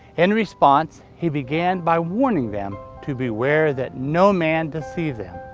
in response, he began by warning them to beware that no man deceive them.